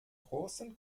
großen